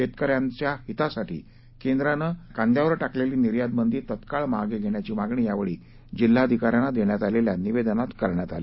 शेतकऱ्यांच हितासाठी केंद्रानं कांद्यावर टाकलेली निर्यातबदी तात्काळ मागे घेण्याची मागणी यावेळी जिल्हाधिकाऱ्यांना देण्यात आलेल्या निवेदनात करण्यात आली